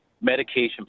medication